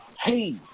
Hey